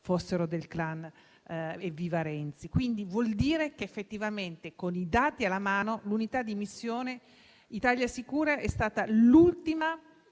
fossero del clan evviva Renzi. Ciò significa che effettivamente, con i dati alla mano, l'unità di missione ItaliaSicura è stata l'ultima